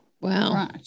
Wow